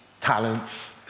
talents